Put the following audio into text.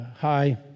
hi